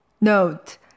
Note